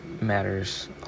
matters